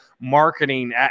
marketing